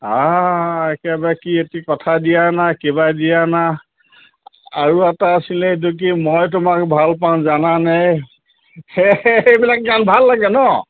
হাঁ একেবাৰে কি এটি কথা দিয়া না কিবা দিয়া না আৰু এটা আছিলে এইটো কি মই তোমাক ভাল পাং জানানে সেইবিলাক গান ভাল লাগে ন